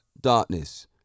darkness